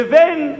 לבין,